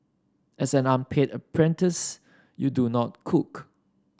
as an unpaid apprentice you do not cook